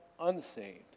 unsaved